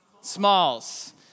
Smalls